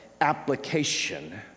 application